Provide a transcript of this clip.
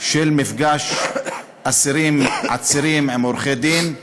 של מפגש אסירים, עצירים, עם עורכי-דין,